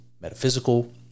metaphysical